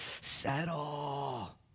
settle